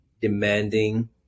demanding